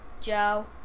Joe